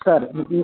సరే